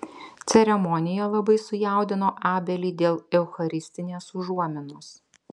ceremonija labai sujaudino abelį dėl eucharistinės užuominos